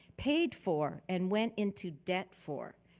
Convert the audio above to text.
paid for and went into debt for.